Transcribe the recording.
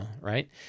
right